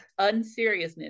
unseriousness